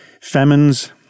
famines